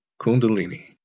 Kundalini